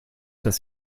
das